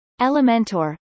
elementor